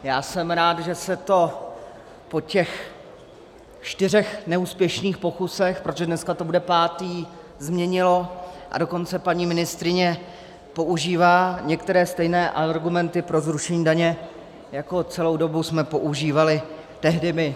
Já jsem rád, že se to po těch čtyřech neúspěšných pokusech, protože dneska to bude pátý, změnilo, a dokonce paní ministryně používá některé stejné argumenty pro zrušení daně, jako jsme celou dobu používali tehdy my.